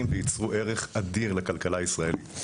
וייצרו ערך אדיר לכלכלה הישראלית.